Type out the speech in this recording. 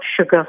sugar